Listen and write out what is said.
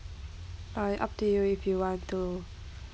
all right up to you if you want to